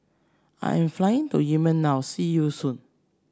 I am flying to Yemen now see you soon